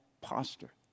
posture